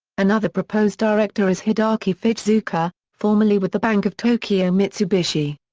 another proposed director is hideaki fujizuka, formerly with the bank of tokyo-mitsubishi.